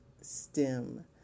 STEM